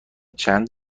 چند